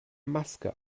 maske